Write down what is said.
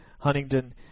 Huntington